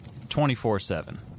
24/7